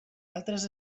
altres